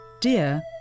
dear